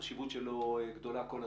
והחשיבות שלו גדולה כל הזמן.